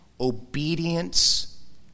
obedience